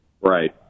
Right